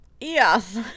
Yes